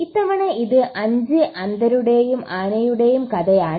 ഇത്തവണ ഇത് 5 അന്ധരുടെയും ആനയുടെയും കഥയാണ്